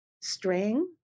string